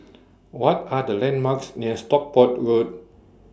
What Are The landmarks near Stockport Road